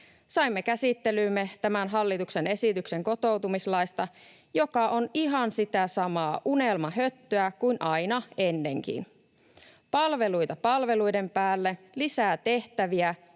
Saimme käsittelyymme tämän hallituksen esityksen kotoutumislaista, joka on ihan sitä samaa unelmahöttöä kuin aina ennenkin: palveluita palveluiden päälle, lisää tehtäviä